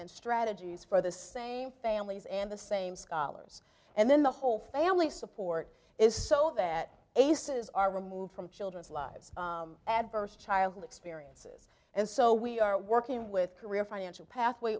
and strategies for the same families and the same scholars and then the whole family support is so that ace's are removed from children's lives adverse childhood experiences and so we are working with career financial pathway